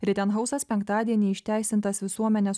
ritenhausas penktadienį išteisintas visuomenės